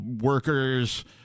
workers